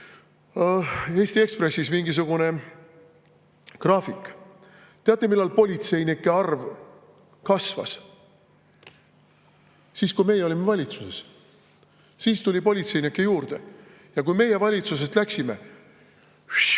Eesti Ekspressis oli mingisugune graafik. Teate, millal politseinike arv kasvas? Siis, kui meie olime valitsuses. Siis tuli politseinikke juurde. Ja kui meie valitsusest läksime